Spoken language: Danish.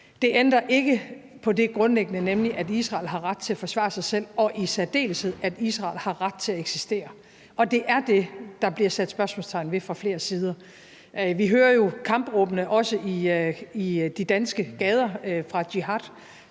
Det ændrer ikke på det grundlæggende, nemlig at Israel har ret til at forsvare sig selv, og at Israel i særdeleshed har ret til at eksistere, og det er det, der bliver sat spørgsmålstegn ved fra flere sider. Vi hører jo kampråbene, også i de danske gader, fra »jihad«